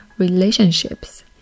relationships